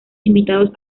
invitados